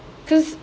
cause